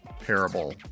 Parable